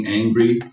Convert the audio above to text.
angry